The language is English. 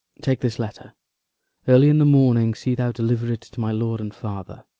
take this letter early in the morning see thou deliver it to my lord and father.